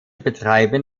betreiben